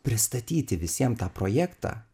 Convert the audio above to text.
pristatyti visiem tą projektą